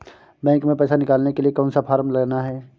Bank में पैसा निकालने के लिए कौन सा फॉर्म लेना है?